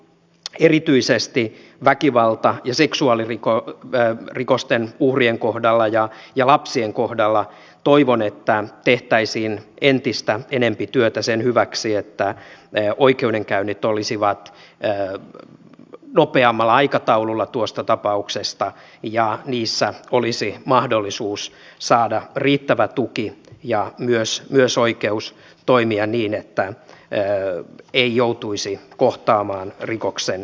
erityisesti väkivalta ja seksuaalirikosten uhrien kohdalla ja lapsien kohdalla toivon että tehtäisiin entistä enempi työtä sen hyväksi että oikeudenkäynnit olisivat nopeammalla aikataululla tuosta tapauksesta ja niissä olisi mahdollisuus saada riittävä tuki ja myös oikeus toimia niin että ei joutuisi kohtaamaan rikoksen tekijää